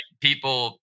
people